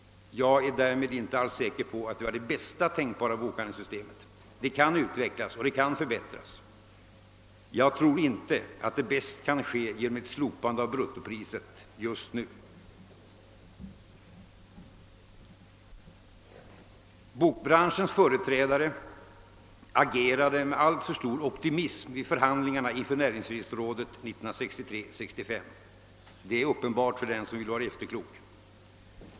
Jag är däremot inte alls säker på att vi har det bästa tänkbara bokhandelssystemet; det kan utvecklas och förbättras. Men jag tror inte att det bäst kan ske genom ett slopande av bruttoprissystemet just nu. Bokbranschens företrädare agerade med alltför stor optimism vid förhandlingarna inför näringsfrihetsrådet åren 1963—1965. Det är uppenbart för den som vill vara efterklok.